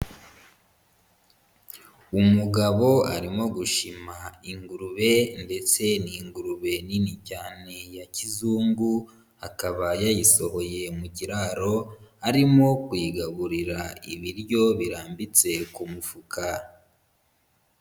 Umugabo arimo gushima ingurube ndetse n'ingurube nini cyane ya kizungu, akaba yayisohoye mu kiraro, arimo kuyigaburira ibiryo birambitse ku mufuka.